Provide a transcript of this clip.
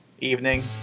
Evening